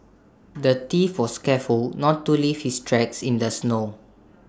the thief was careful not to leave his tracks in the snow